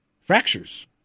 Fractures